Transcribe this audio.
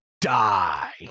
die